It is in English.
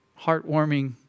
heartwarming